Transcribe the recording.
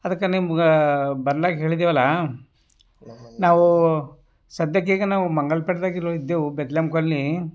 ಅದಕ್ಕೆ ನಿಮ್ಗೆ ಬರ್ಲಕ್ಕ ಹೇಳಿದ್ದೇವಲ್ಲ ನಾವು ಸದ್ಯಕ್ಕೀಗ ನಾವು ಮಂಗಳಪೇಟೆದಾಗ ಇರೋ ಇದ್ದೇವು ಬೆತ್ಲಂ ಕಾಲ್ನಿ